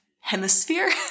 hemisphere